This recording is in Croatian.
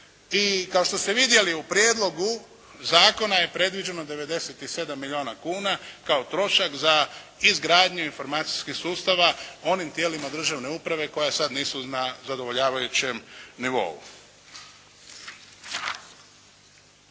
I kao što ste vidjeli, u prijedlogu zakona je predviđeno 97 milijuna kuna kao trošak za izgradnju informacijskih sustava onim tijelima državne uprave koja sad nisu na zadovoljavajućem nivou.